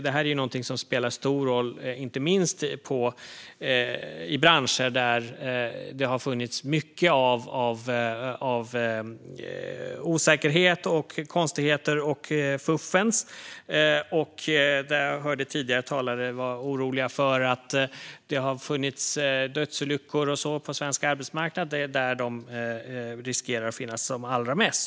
Detta spelar stor roll inte minst i branscher där det har funnits mycket av osäkerhet, konstigheter och fuffens. Jag hörde tidigare talare vara oroliga för att det har förekommit dödsolyckor på svensk arbetsmarknad, och det är där de riskerar att förekomma som allra mest.